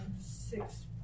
six